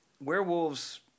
werewolves